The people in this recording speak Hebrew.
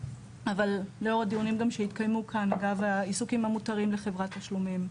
אבל לאור הדיונים שגן שהתקיימו כאן אגב העיסוקים המותרים לחברת תשלומים.